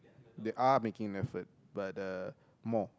they are making effort but uh more